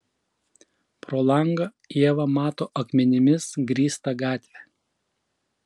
pro langą ieva mato akmenimis grįstą gatvę